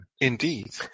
Indeed